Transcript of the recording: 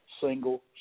single